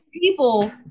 people